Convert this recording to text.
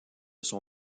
son